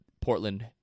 Portland